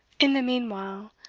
in the meanwhile,